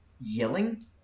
yelling